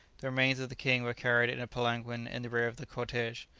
the remains of the king were carried in a palanquin in the rear of the cortege,